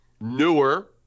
newer